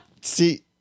See